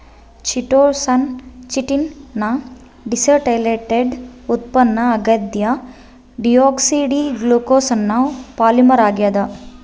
chitosan chitin ನ deacetylated ಉತ್ಪನ್ನ ಆಗ್ಯದ ಡಿಯೋಕ್ಸಿ ಡಿ ಗ್ಲೂಕೋಸ್ನ ಪಾಲಿಮರ್ ಆಗ್ಯಾದ